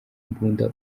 imbunda